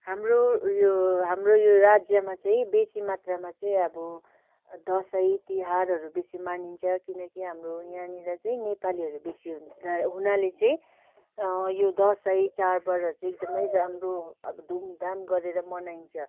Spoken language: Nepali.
हाम्रो उयो हाम्रो यो राज्यमा चाहिँ बेसी मात्रामा चाहिँ अब दसैँ तिहारहरू बेसी मानिन्छ किनकि हाम्रो यहाँनिर चाहिँ नेपालीहरू बेसी हु हुनाले चाहिँ यो दसैँ चाडबाडहरू चाहिँ एकदमै राम्रो अब धुमधाम गरेर मनाइन्छ